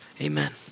amen